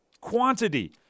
quantity